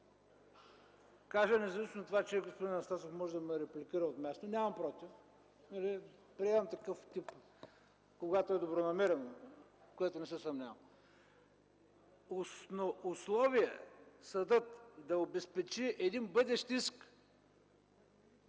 кажа независимо от това, че господин Анастасов може да ме репликира от място. Нямам против. Приемам такъв тип, когато е добронамерено, в което не се съмнявам. Условие съдът да обезпечи един бъдещ иск